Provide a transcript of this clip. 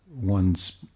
one's